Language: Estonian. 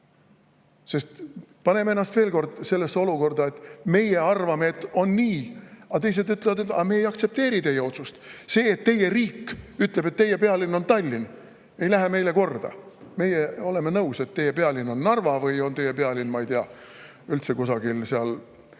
Paneme ennast veel kord sellesse olukorda, kus meie arvame, et on nii, aga teised ütlevad, et nad ei aktsepteeri meie otsust, see, et meie riik ütleb, et meie pealinn on Tallinn, ei lähe neile korda, nemad on nõus, et meie pealinn oleks Narvas või et meie pealinn oleks, ma ei tea, üldse kusagil seal